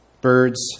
birds